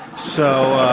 so,